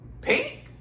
Pink